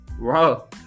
wow